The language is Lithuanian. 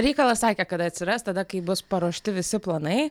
reikalas sakė kad atsiras tada kai bus paruošti visi planai